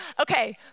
Okay